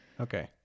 Okay